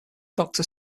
doctor